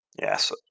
Yes